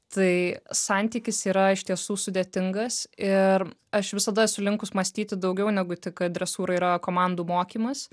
tai santykis yra iš tiesų sudėtingas ir aš visada esu linkus mąstyti daugiau negu tik dresūra yra komandų mokymas